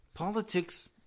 Politics